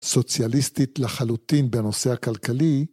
סוציאליסטית לחלוטין בנושא הכלכלי